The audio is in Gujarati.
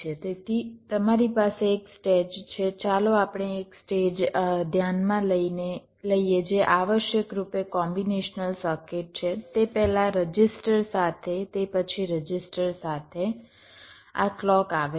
તેથી તમારી પાસે એક સ્ટેજ છે ચાલો આપણે એક સ્ટેજ ધ્યાનમાં લઈએ જે આવશ્યક રૂપે કોમ્બીનેશનલ સર્કિટ છે તે પહેલાં રજિસ્ટર સાથે તે પછી રજીસ્ટર સાથે આ કલોક આવે છે